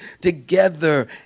together